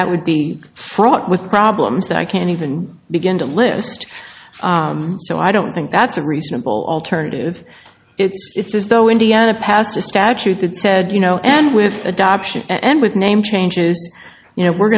that would be fraught with problems that i can't even begin to list so i don't think that's a reasonable alternative it's as though indiana passed a statute that said you know and with adoption and with name changes you know we're